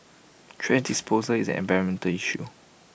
thrash disposal is an environmental issue